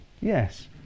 yes